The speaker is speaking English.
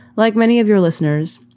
like many of your listeners,